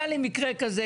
היה לי מקרה כזה,